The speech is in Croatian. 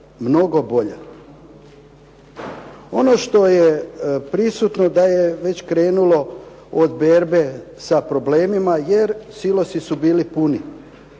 Ono što je prisutno da je već krenulo od berbe sa problemima jer silosi su bili puni.